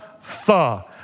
Tha